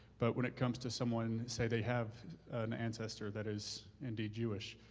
but when it comes to someone, say they have an ancestor that is indeed jewish.